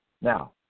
Now